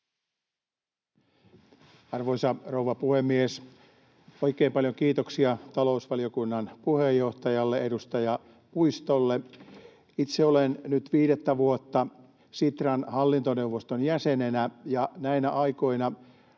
Arvoisa rouva puhemies! Oikein paljon kiitoksia talousvaliokunnan puheenjohtajalle, edustaja Puistolle. — Itse olen nyt viidettä vuotta Sitran hallintoneuvoston jäsenenä, ja näinä aikoina